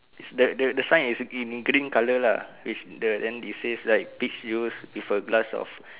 is the the the sign is in green colour lah which the then it says like peach juice with a glass of